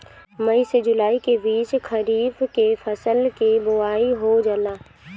मई से जुलाई के बीच खरीफ के फसल के बोआई हो जाला